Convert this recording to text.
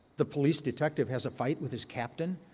the police detective has a fight with his captain,